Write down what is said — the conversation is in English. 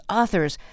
authors